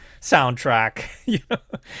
soundtrack